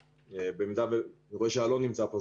אני רואה שאלון נמצא פה,